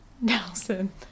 Nelson